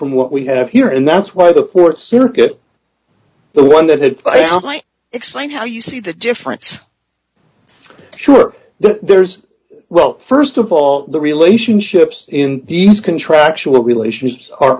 from what we have here and that's why the court circuit the one that had like explained how you see the difference sure there's well st of all the relationships in these contractual relationships are